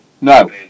No